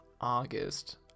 August